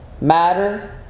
matter